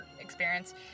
experience